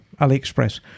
AliExpress